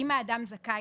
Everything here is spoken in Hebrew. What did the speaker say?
אם האדם זכאי,